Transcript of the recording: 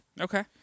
Okay